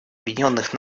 объединенных